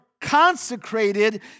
consecrated